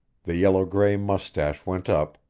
the yellow-gray mustache went up,